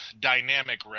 dynamic